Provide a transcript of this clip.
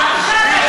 אין